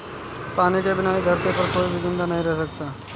पानी के बिना इस धरती पर कोई भी जिंदा नहीं रह सकता है